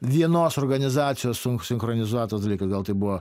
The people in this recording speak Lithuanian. vienos organizacijos susinchronizuoti dalykai gal tai buvo